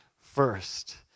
first